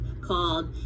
called